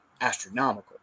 astronomical